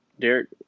Derek